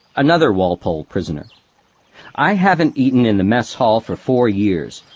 another walpole prisoner i haven't eaten in the mess hall for four years.